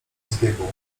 zbiegłą